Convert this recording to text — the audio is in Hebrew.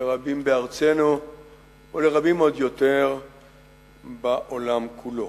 לרבים בארצנו ולרבים עוד יותר בעולם כולו.